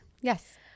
Yes